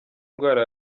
ndwara